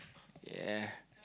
ya